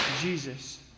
Jesus